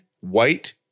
white